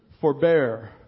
Forbear